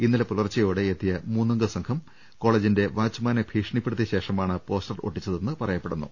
ഇന്നലെ പുലർച്ചയോടെ എത്തിയ മൂന്നംഗ സംഘം കോളേജിന്റെ വാച്ച്മാനെ ഭീഷണിപ്പെടുത്തിയ ശ്രേഷമാണ് പോസ്റ്റർ ഒട്ടിച്ചതെന്ന് പറയപ്പെടുന്നു